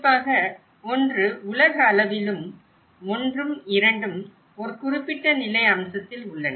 குறிப்பாக ஒன்று உலக அளவிலும் ஒன்றும் இரண்டும் ஒரு குறிப்பிட்ட நிலை அம்சத்தில் உள்ளன